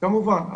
כמובן,